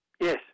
Yes